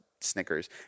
Snickers